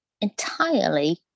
entirely